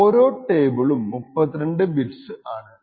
ഓരോ ടേബിളും 32 ബിറ്റ്സ് ആണ്